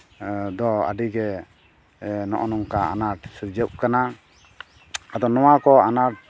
ᱫᱚ ᱟᱹᱰᱤᱜᱮ ᱱᱚᱜᱼᱚ ᱱᱚᱝᱠᱟᱱ ᱟᱱᱟᱴ ᱥᱤᱨᱡᱟᱹᱣᱚᱜ ᱠᱟᱱᱟ ᱟᱫᱚ ᱱᱚᱣᱟ ᱠᱚ ᱟᱱᱟᱴ